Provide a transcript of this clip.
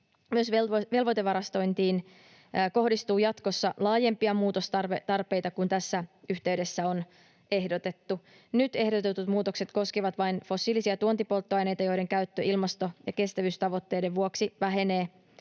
myös velvoitevarastointiin kohdistuu jatkossa laajempia muutostarpeita kuin tässä yhteydessä on ehdotettu. Nyt ehdotetut muutokset koskevat vain fossiilisia tuontipolttoaineita, joiden käyttö ilmasto‑ ja kestävyystavoitteiden vuoksi vähenee